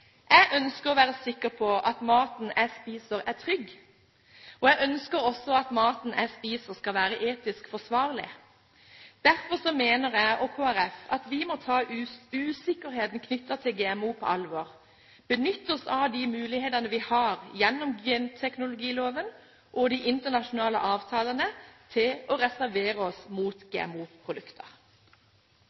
Jeg ønsker å være sikker på at maten jeg spiser, er trygg. Jeg ønsker også at maten jeg spiser, skal være etisk forsvarlig. Derfor mener jeg og Kristelig Folkeparti at vi må ta usikkerheten knyttet til GMO på alvor og benytte oss av de mulighetene vi har gjennom genteknologiloven og de internasjonale avtalene, til å reservere oss mot